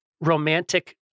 romantic